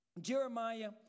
Jeremiah